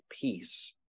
peace